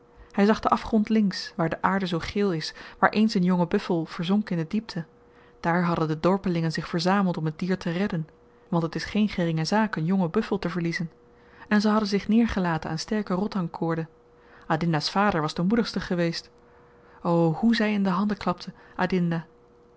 hy zag den afgrond links waar de aarde zoo geel is waar eens een jonge buffel verzonk in de diepte daar hadden de dorpelingen zich verzameld om het dier te redden want het is geen geringe zaak een jongen buffel te verliezen en ze hadden zich neergelaten aan sterke rottan koorden adinda's vader was de moedigste geweest o hoe zy in de handen klapte